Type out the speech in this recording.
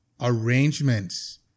arrangements